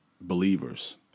believers